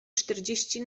czterdzieści